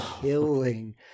killing